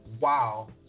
wow